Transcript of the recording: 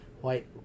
white